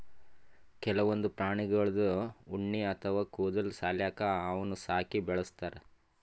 ಕೆಲವೊಂದ್ ಪ್ರಾಣಿಗಳ್ದು ಉಣ್ಣಿ ಅಥವಾ ಕೂದಲ್ ಸಲ್ಯಾಕ ಅವನ್ನ್ ಸಾಕಿ ಬೆಳಸ್ತಾರ್